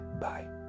Bye